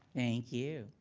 thank you.